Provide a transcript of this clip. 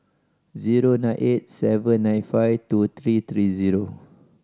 zero nine eight seven nine five two three three zero